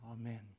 Amen